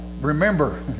Remember